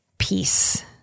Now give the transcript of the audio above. Peace